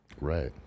Right